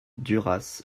duras